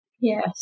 yes